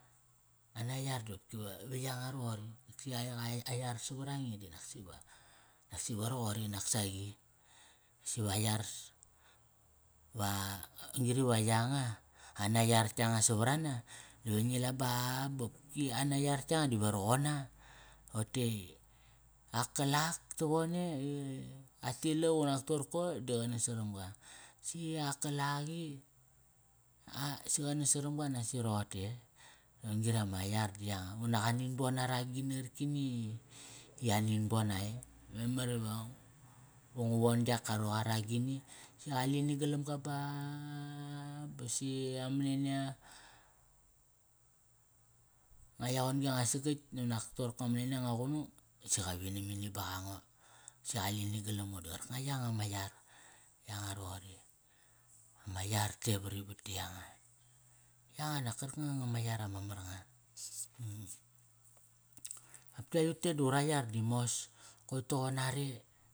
Ana yar dopki va ve yanga roqori. Ki aiqa ayar savarange di naksi va, naksi va roqori nak saqi. Si va a yar va on gri va yanga, ana yar yanga savarana diva ngi la ba bopki ana yar yanga dive roqona Tote i, ak ka la ak tavone i qa tilak unak toqorko di qa nas saramga. Si ak ka la ak i, ah si qa nas saramga nasi roqote e? Ron gri ama yar di yanga, unak anin bona ra agini qarkani i i anin bona e? Memar iva, va ngu von yak ka roqa ra agini, si qalini galamga baaaa ba si amanania Nga yaqon gi anga sagatk unak toqorko nga manania anga qunung si qa vinam ini baqa ngo. Si qalini galam ngo di qarkanga yanga ama yar. Yanga roqori. Ma yar te vari vat ti yanga. Yanga nak karkanga anga ma yar ama mar nga Qopki aiyut te di ura yar di mos. Koi toqon are.